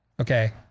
okay